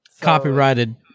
Copyrighted